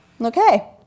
Okay